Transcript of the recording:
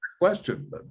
question